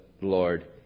Lord